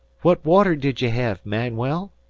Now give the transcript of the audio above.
what water did ye hev, manuel?